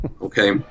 okay